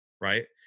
right